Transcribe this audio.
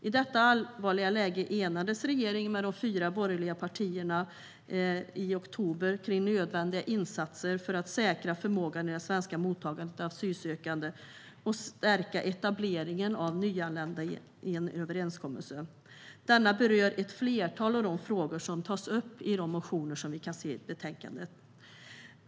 I detta allvarliga läge enades regeringen och de fyra borgerliga partierna, genom en överenskommelse i oktober, om nödvändiga insatser för att säkra förmågan i det svenska mottagandet av asylsökande och stärka etableringen av nyanlända. Överenskommelsen berör ett flertal av de frågor som tas upp i de motioner som behandlas i betänkandet.